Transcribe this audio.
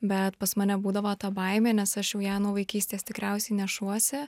bet pas mane būdavo ta baimė nes aš jau ją nuo vaikystės tikriausiai nešuosi